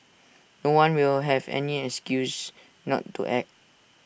no one will have any excuse not to act